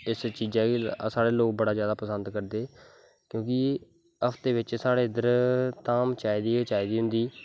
इस चीजां गी साढ़े लोग बड़े जैदा पसंद करदे क्योंकि हफ्ते बिच्च साढ़े इद्धर धाम चाहिदी गै चाहिदी होंदी